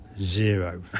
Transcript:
Zero